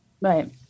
right